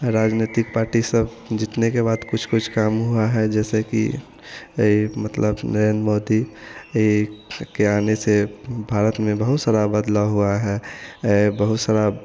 राजनीतिक पार्टी सब जीतने के बाद कुछ कुछ काम हुआ है जैसे कि यह मतलब नरेन्द्र मोदी यह सबके आने से भारत में बहुत सारा बदलाव हुआ है बहुत सारा